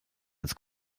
als